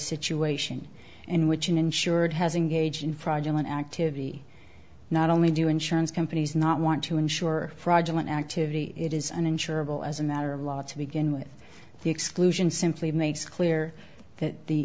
situation in which an insured has engaged in fraudulent activity not only do insurance companies not want to insure fraudulent activity it is an insurer will as a matter of law to begin with the exclusion simply makes clear that the